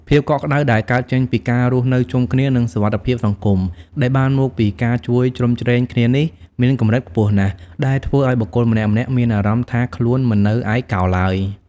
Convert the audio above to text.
ភាពកក់ក្ដៅដែលកើតចេញពីការរស់នៅជុំគ្នា និងសុវត្ថិភាពសង្គមដែលបានមកពីការជួយជ្រោមជ្រែងគ្នានេះ មានកម្រិតខ្ពស់ណាស់ ដែលធ្វើឱ្យបុគ្គលម្នាក់ៗមានអារម្មណ៍ថាខ្លួនមិននៅឯកោឡើយ។